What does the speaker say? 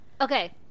Okay